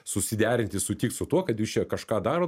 susiderinti sutikt su tuo kad jūs čia kažką darot